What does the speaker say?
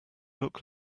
look